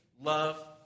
love